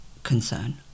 concern